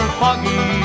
foggy